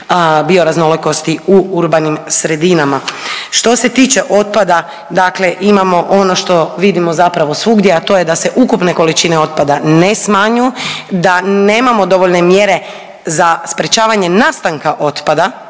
bioraznolikosti u urbanim sredinama. Što se tiče otpada, dakle imamo ono što vidimo zapravo svugdje, a to je da se ukupne količine otpada ne smanjuju, da nemamo dovoljne mjere za sprječavanje nastanka otpada